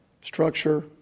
structure